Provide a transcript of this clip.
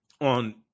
on